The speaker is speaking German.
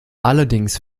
allerdings